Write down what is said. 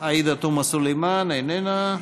עאידה תומא סלימאן, איננה,